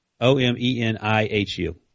O-M-E-N-I-H-U